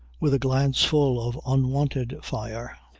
with a glance full of unwonted fire,